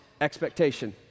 expectation